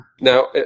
Now